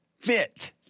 fit